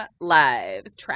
lives